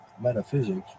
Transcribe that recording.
Metaphysics